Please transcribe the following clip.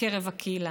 מקרב הקהילה,